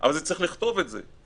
אבל צריך לכתוב את זה.